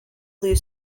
blue